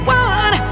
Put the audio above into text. one